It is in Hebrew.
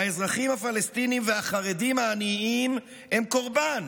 האזרחים הפלסטינים והחרדים העניים הם קורבן